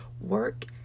work